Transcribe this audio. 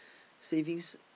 savings